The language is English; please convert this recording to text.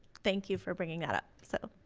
thank you for bringing that up, so